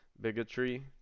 bigotry